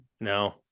no